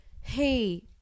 hey